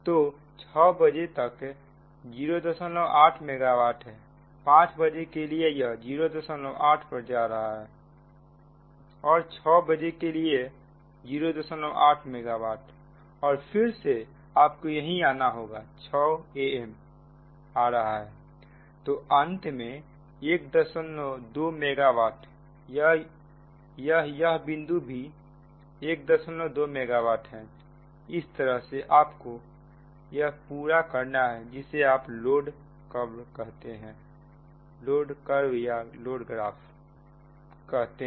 तो 600 बजे तक 08 मेगा वाट है 500 बजे के लिए यह 08 पर जा रहा है और 600 बजे के लिए 08 मेगा वाट और फिर से आपको यही आना होगा 600 am आ रहा है तो अंत में 12 मेगा वाट यह यह बिंदु भी 12 मेगावाट है इस तरह से आपको या पूरा करना है जिसे आप लोड ग्राफ कहते हैं